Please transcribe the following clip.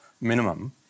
minimum